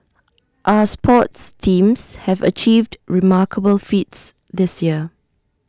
our sports teams have achieved remarkable feats this year